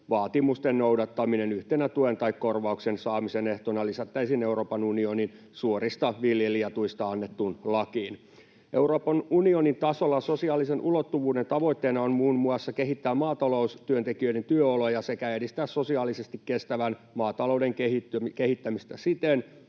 vaatimusten noudattaminen yhtenä tuen tai korvauksen saamisen ehtona lisättäisiin Euroopan unionin suorista viljelijätuista annettuun lakiin. Euroopan unionin tasolla sosiaalisen ulottuvuuden tavoitteena on muun muassa kehittää maataloustyöntekijöiden työoloja sekä edistää sosiaalisesti kestävän maatalouden kehittämistä siten,